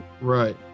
Right